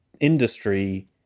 industry